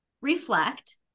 reflect